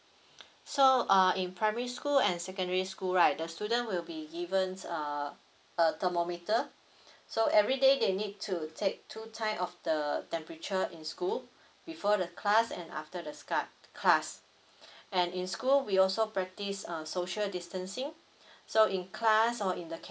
so uh in primary school and secondary school right the student will be given uh a thermometer so everyday they need to take two time of the temperature in school before the class and after the scarred class and in school we also practice uh social distancing so in class or in the